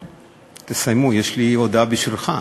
תסיימו, יש לי הודעה בשבילך.